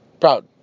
Proud